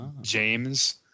James